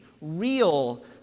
Real